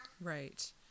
Right